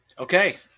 Okay